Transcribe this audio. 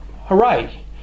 hooray